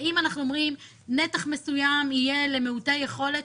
שנתח מסוים יהיה למיעוטי יכולת,